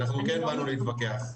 אנחנו כן באנו להתווכח.